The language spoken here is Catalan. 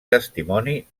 testimoni